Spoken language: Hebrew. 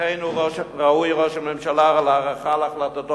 לכן ראוי ראש הממשלה להערכה על החלטתו